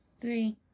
Three